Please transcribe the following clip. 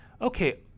Okay